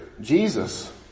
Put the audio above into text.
Jesus